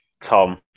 Tom